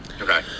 okay